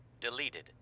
deleted